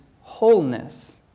wholeness